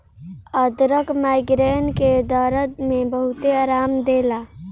अदरक माइग्रेन के दरद में बहुते आराम देला